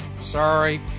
Sorry